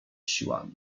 siłami